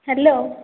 hello